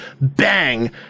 bang